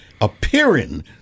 appearing